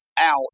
out